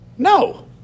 No